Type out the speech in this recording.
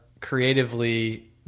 creatively